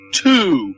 two